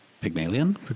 Pygmalion